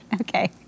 Okay